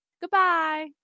goodbye